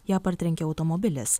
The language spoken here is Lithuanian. ją partrenkė automobilis